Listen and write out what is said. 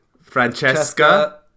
Francesca